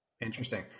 Interesting